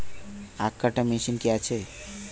আখ কাটা মেশিন কি আছে?